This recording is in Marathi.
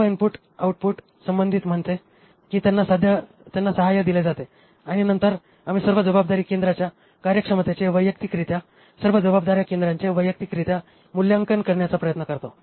सर्व इनपुट आऊटपुट संबंधित म्हणते की त्यांना सहाय्य दिले जाते आणि नंतर आम्ही सर्व जबाबदारी केंद्रांच्या कार्यक्षमतेचे वैयक्तिकरित्या सर्व जबाबदार्या केंद्रांचे वैयक्तिकरित्या मूल्यांकन करण्याचा प्रयत्न करतो